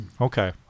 Okay